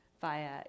via